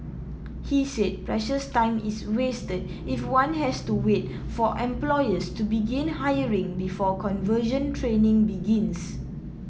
he said precious time is wasted if one has to wait for employers to begin hiring before conversion training begins